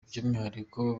byumwihariko